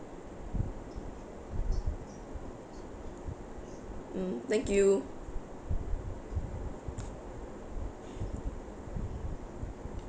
mm thank you